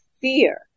fear